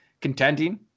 Contending